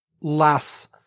less